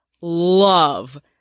love